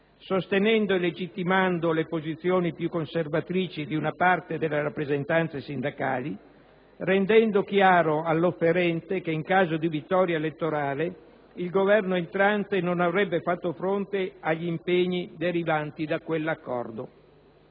sostenendo e legittimando le posizioni più conservatrici di una parte delle rappresentanze sindacali, rendendo chiaro all'offerente che, in caso di vittoria elettorale, il Governo entrante non avrebbe fatto fronte agli impegni derivanti da quell'accordo.